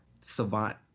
savant